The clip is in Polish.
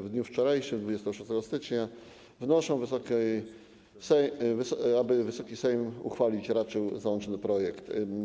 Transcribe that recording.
w dniu wczorajszym, 26 stycznia, wnoszą, aby Wysoki Sejm uchwalić raczył załączony projekt.